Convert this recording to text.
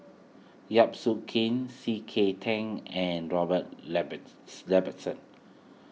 Yap Su Kin C K Tang and Robert Ibbetson